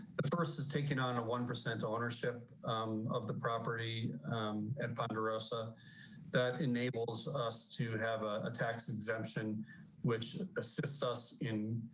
the first is taking on a one percent ownership of the property at ponderosa that enables us to have a tax exemption which assist us in